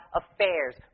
affairs